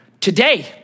Today